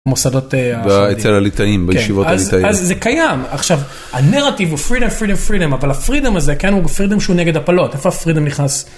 המוסדות אצל הליטאים, בישיבות הליטאיות, אז זה קיים, עכשיו הנרטיב הוא פרידום פרידום פרידום אבל הפרידום הזה הוא פרידום שהוא נגד הפלות איפה הפרידום נכנס?